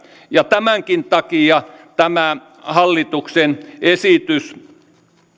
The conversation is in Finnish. ja tämänkin takia tämä hallituksen esitys